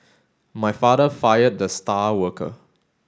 my father fired the star worker